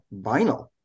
vinyl